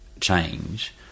change